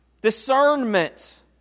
discernment